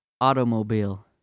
Automobile